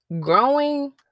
growing